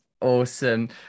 Awesome